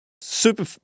Super